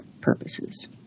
purposes